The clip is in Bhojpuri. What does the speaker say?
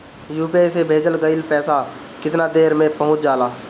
यू.पी.आई से भेजल गईल पईसा कितना देर में पहुंच जाला?